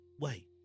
Wait